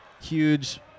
Huge